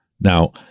now